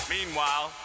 Meanwhile